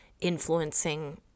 influencing